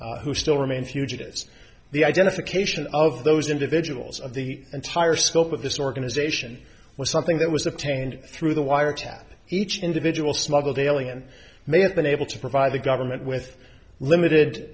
who still remain fugitives the identification of those individuals of the entire scope of this organization was something that was obtained through the wiretap each individual smuggled alien may have been able to provide the government with limited